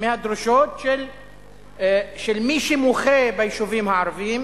מהדרישות של מי שמוחה ביישובים הערביים,